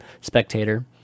spectator